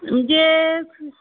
म्हणजे